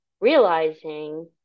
realizing